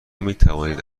میتوانید